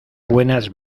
buenas